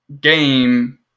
game